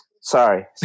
Sorry